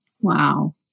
Wow